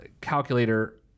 calculator